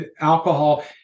alcohol